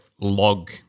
log